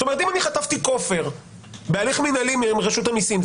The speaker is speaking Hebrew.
זאת אומרת שאם חטפתי כופר בהליך מינהלי מרשות המיסים,